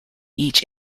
each